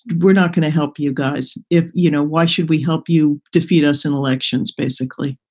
we're not going to help you guys if you know, why should we help you defeat us in elections, basically?